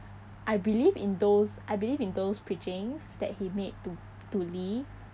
I believe in those I believe in those preachings that he made to to lee